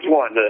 one